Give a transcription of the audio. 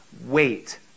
Wait